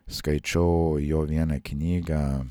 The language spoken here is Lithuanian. skaičiau jo vieną knygą